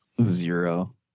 Zero